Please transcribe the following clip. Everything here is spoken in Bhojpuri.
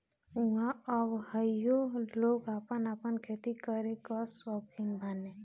ऊहाँ अबहइयो लोग आपन आपन खेती करे कअ सौकीन बाने